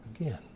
Again